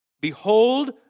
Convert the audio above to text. Behold